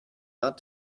not